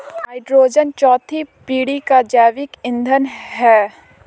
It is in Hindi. हाइड्रोजन चौथी पीढ़ी का जैविक ईंधन है